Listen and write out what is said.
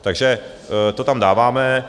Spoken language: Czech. Takže to tam dáváme.